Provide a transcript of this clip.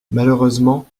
malheureusement